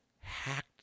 hacked